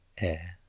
air